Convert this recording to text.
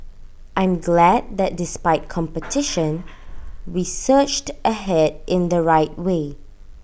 I'm glad that despite competition we surged ahead in the right way